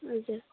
हजुर